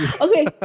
Okay